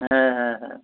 হ্যাঁ হ্যাঁ হ্যাঁ